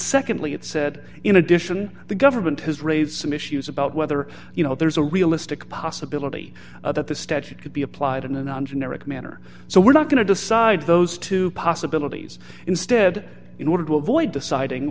secondly it said in addition the government has raised some issues about whether you know there's a realistic possibility that the statute could be applied in a non generic manner so we're not going to decide those two possibilities instead in order to avoid deciding